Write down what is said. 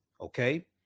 Okay